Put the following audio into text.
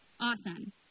Awesome